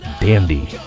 Dandy